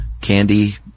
candy